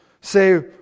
say